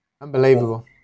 Unbelievable